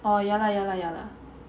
oh ya lah ya lah ya lah